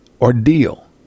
ordeal